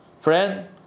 Friend